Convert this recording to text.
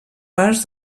parts